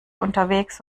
unterwegs